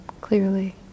clearly